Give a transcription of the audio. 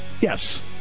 Yes